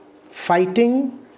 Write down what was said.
fighting